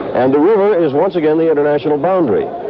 and the river is once again the international boundary.